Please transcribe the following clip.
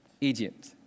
Egypt